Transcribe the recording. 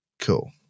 cool